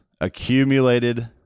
accumulated